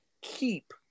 keep